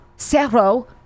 zero